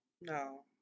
No